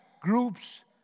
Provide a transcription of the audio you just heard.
groups